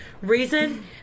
Reason